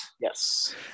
yes